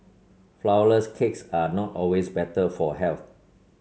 flourless cakes are not always better for health